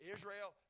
Israel